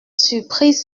surprise